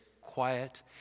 quiet